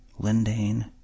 Lindane